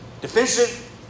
Defensive